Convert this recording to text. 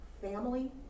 family